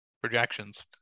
Projections